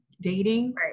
dating